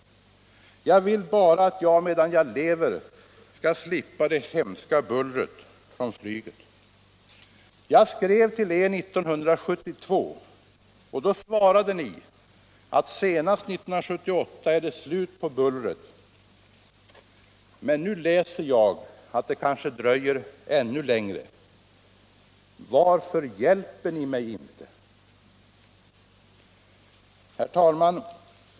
Jag vill bara att jag, medan jag lever, ska slippa det hemska bullret från flyget. Jag skrev till Er 1972 och då svarade Ni att senast 1978 är det slut på bullret. Men nu läser jag att det kanske dröjer ännu längre. Varför hjälper Ni mig inte?” Herr talman!